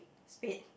spade